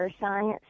science